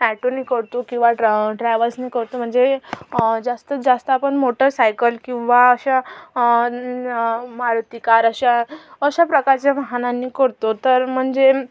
ऑटोनी करतो किंवा ट्रॅ ट्रॅवल्सनी करतो म्हणजे जास्तीत जास्त आपण मोटरसायकल किंवा अशा मारुती कार अशा अशाप्रकारच्या वाहनांनी करतो तर म्हणजे